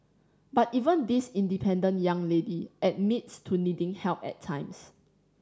but even this independent young lady admits to needing help at times